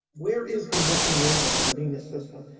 where is the missing water in the venus system?